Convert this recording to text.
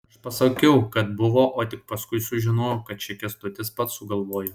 aš pasakiau kad buvo o tik paskui sužinojau kad čia kęstutis pats sugalvojo